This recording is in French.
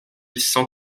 cent